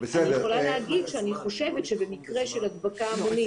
אני יכולה להגיד שאני חושבת שבמקרה של הדבקה המונית,